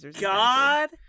God